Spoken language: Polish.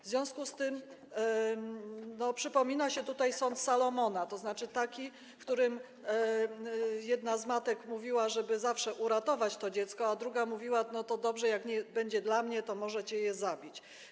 W związku z tym przypomina się tutaj sąd Salomona, tzn. taki, w którym jedna z matek mówiła, żeby uratować dziecko, a druga mówiła: dobrze, to jak nie będzie dla mnie, to możecie je zabić.